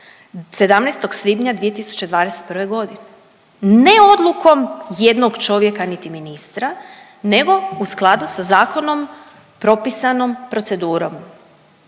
17. svibnja 2021. godine, ne odlukom jednog čovjeka niti ministra, nego u skladu sa zakonom propisanom procedurom.